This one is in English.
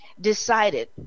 decided